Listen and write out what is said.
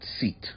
seat